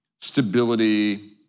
stability